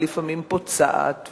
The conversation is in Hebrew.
לפעמים פוצעת,